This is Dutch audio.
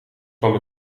kwam